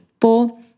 Four